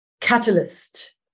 catalyst